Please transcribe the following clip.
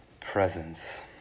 presence